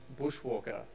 bushwalker